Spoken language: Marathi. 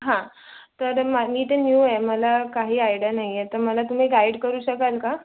हां तर मा मी इथं न्यू आहे मला काही आयडया नाही आहे तर मला तुम्ही गाईड करू शकाल का